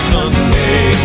Sunday